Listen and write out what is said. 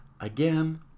Again